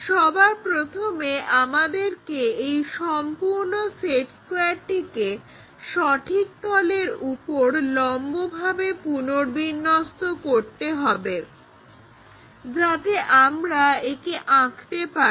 সবার প্রথমে আমাদেরকে এই সম্পূর্ণ সেট স্কোয়্যারটিকে সঠিক তলের উপর লম্বভাবে পুনর্বিন্যস্ত করতে হবে যাতে আমরা একে আঁকতে পারি